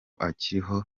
akiriho